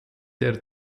der